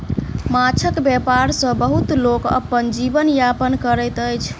माँछक व्यापार सॅ बहुत लोक अपन जीवन यापन करैत अछि